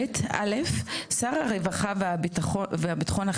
ביטול והתלייה של מינוי 6ב. (א)שר הרווחה והביטחון החברתי